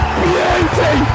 beauty